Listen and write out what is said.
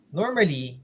normally